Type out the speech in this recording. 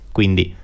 Quindi